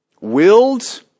willed